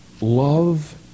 love